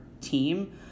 team